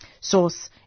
Source